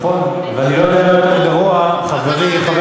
זה יותר גרוע שלא